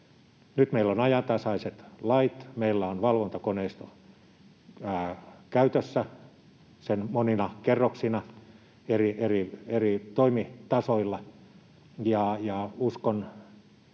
Nyt meillä on ajantasaiset lait. Meillä on valvontakoneisto käytössä sen monina kerroksina eri toimitasoilla. Uskon